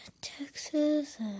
Texas